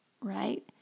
right